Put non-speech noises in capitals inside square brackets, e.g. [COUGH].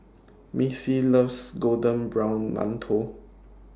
Missy loves [UNINTELLIGIBLE] Golden Brown mantou